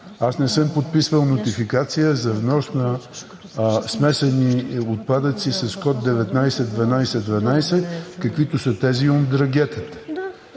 Не съм подписвал нотификация за внос на смесени отпадъци с код 19 12 12, каквито са тези от Ндрангетата.